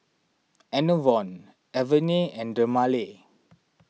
Enervon Avene and Dermale